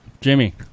Jimmy